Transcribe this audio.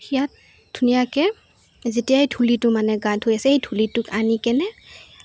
সেয়াত ধুনীয়াকৈ যেতিয়াই ধূলিটো মানে গা ধুই আছে এই ধূলিটোক আনি কেনে